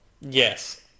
Yes